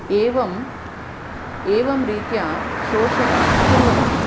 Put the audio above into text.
एवं एवं रीत्या शोषणं कुर्वन्ति